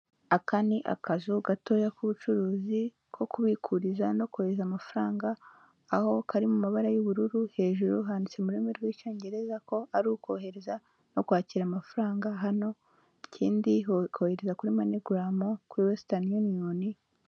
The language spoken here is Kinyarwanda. Aka ni akazu gatoya k'ubucuruzi ko kubikuriza no kohereza amafaranga, aho kari mu mabara y'ubururu, hejuru handitse mu rurimi rw'icyongereza ko ari ukohereza no kwakira amafaranga hano, ikindi kohereza kuri monigarama, kuri wesitani yuniyoni.